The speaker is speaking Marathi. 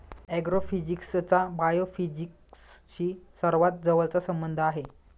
ऍग्रोफिजिक्सचा बायोफिजिक्सशी सर्वात जवळचा संबंध आहे